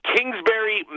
Kingsbury